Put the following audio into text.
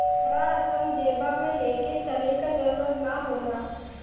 बड़ा रकम जेबा मे ले के चले क जरूरत ना होला